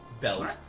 belt